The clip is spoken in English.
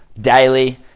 daily